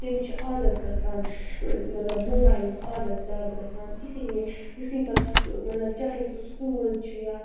تٔمِس چھُ عادَت گَژھان مطلب موبایِلُک عادَت زیادٕ گَژھان اِسلِیے یِتھُے پَتہٕ سُہ مطلب چاہے پتہٕ سُہ سکوٗل چھُ یا